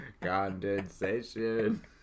condensation